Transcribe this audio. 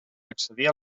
accedir